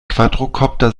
quadrokopter